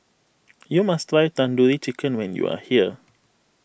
you must try Tandoori Chicken when you are here